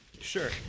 Sure